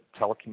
telecommunications